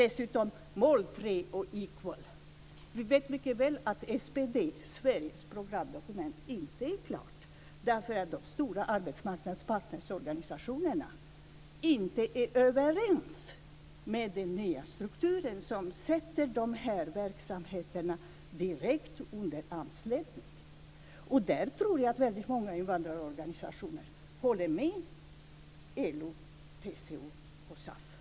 Dessutom, när det gäller mål 3 och Equal: Vi vet mycket väl att SPD, Sveriges programdokument, inte är klart, därför att de stora arbetsmarknadsorganisationerna inte är överens om den nya strukturen som sätter de här verksamheterna direkt under AMS ledning. Där tror jag att många invandrarorganisationer håller med LO, TCO och SAF.